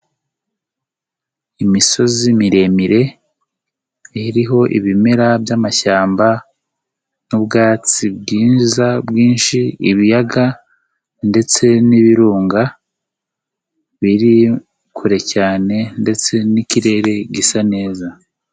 Imisozi miremire iriho ibimera by'amashyamba n'ubwatsi bwiza bwinshi, ibiyaga ndetse n'ibirunga biri kure cyane ndetse n'ikirere gisa neza.